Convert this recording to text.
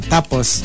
Tapos